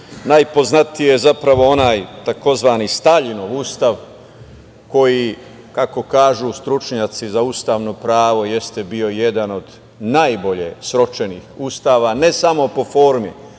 najpoznatiji je onaj tzv. Staljinov Ustav, koji kako kažu stručnjaci za ustavno pravo, jeste bio jedan od najbolje sročenih ustava, ne samo po formi,